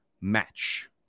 match